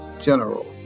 General